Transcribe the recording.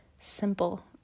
simple